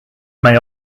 may